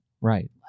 Right